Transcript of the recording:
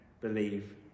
believe